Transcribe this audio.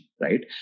right